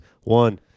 One